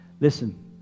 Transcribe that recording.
Listen